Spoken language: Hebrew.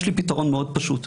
יש לי פתרון מאוד פשוט,